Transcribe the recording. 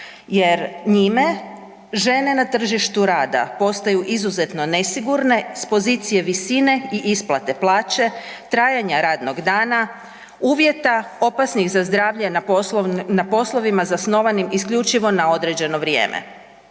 jer njime žene na tržištu rada postaju izuzetno nesigurne s pozicije visine i isplate plaće, trajanja radnog dana, uvjeta opasnih za zdravlje na poslovima zasnovanim isključivo na određeno vrijeme.